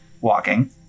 walking